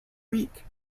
week